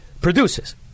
produces